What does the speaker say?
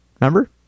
Remember